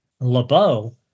lebeau